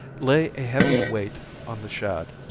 lay a heavy weight on the shad,